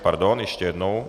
Pardon, ještě jednou.